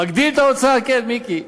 מגדיל את ההוצאה, כן, מיקי,